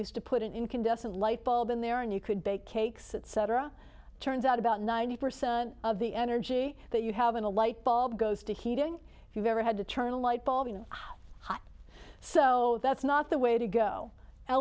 used to put an incandescent light bulb in there and you could bake cakes etc turns out about ninety percent of the energy that you have in a lightbulb goes to heating if you've ever had to turn a light bulb in a hot so that's not the way to go